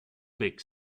big